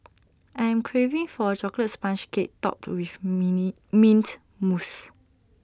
I am craving for A Chocolate Sponge Cake Topped with mini Mint Mousse